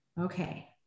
Okay